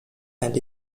and